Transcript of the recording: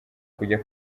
kujya